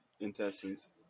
intestines